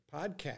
podcast